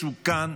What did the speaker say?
מסוכן,